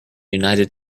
united